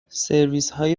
سرویسهای